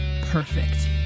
perfect